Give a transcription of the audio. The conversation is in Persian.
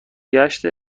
گشت